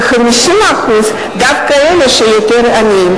ו-50% דווקא אלה שהם יותר עניים.